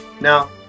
Now